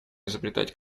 изобретать